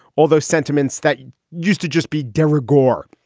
although sentiments that used to just be derek gore.